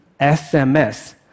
SMS